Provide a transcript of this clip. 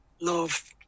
Love